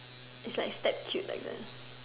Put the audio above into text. it's like step cute like that